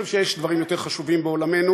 אבל אני חושב שיש דברים יותר חשובים בעולמנו,